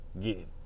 get